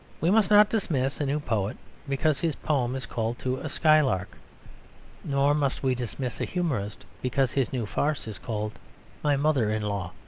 we must not dismiss a new poet because his poem is called to a skylark nor must we dismiss a humourist because his new farce is called my mother-in-law.